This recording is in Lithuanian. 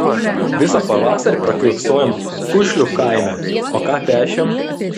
visą pavasarį prakiurksojom kušlių kaime o ką pešėm